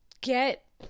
get